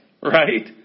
right